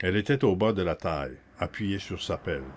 elle était au bas de la taille appuyée sur sa pelle